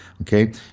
okay